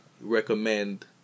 recommend